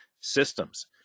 systems